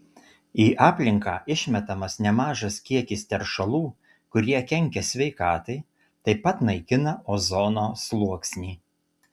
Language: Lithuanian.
į aplinką išmetamas nemažas kiekis teršalų kurie kenkia sveikatai taip pat naikina ozono sluoksnį